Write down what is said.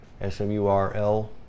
S-M-U-R-L